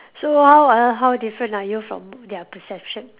so how ah how different are you from their perception